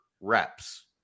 reps